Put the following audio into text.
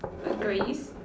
uh grace